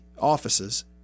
offices